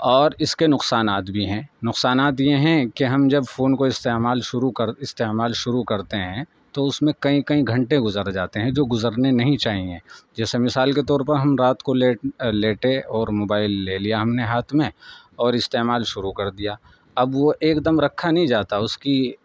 اور اس کے نقصانات بھی ہیں نقصانات یہ ہیں کہ ہم جب فون کو استعمال شروع استعمال شروع کرتے ہیں تو اس میں کئی کئی گھنٹے گزر جاتے ہیں جو گزرنے نہیں چاہییں جیسے مثال کے طور پر ہم رات کو لیٹ لیٹے اور موبائل لے لیا ہم نے ہاتھ میں اور استعمال شروع کر دیا اب وہ ایک دم رکھا نہیں جاتا اس کی